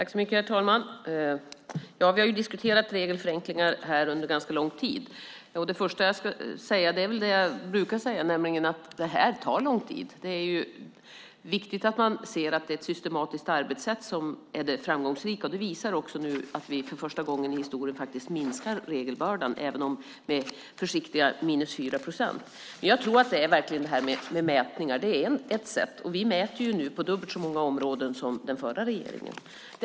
Herr talman! Vi har diskuterat regelförenklingar här under en ganska lång tid. Det första jag ska säga är väl det som jag brukar säga, nämligen att det här tar lång tid. Det är viktigt att man ser att det är ett systematiskt arbetssätt som är det framgångsrika. Det visar sig också nu att vi för första gången i historien faktiskt minskar regelbördan, även om det är med försiktiga 4 procent. Men jag tror verkligen att det handlar om det här med mätningar. Det är ett sätt. Och vi mäter nu på dubbelt så många områden som den förra regeringen gjorde.